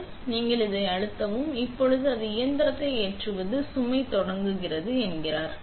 இப்போது நாங்கள் அதை அழுத்தவும் இப்போது அது இயந்திரத்தை ஏற்றுவது சுமை தொடங்குகிறது என்கிறார்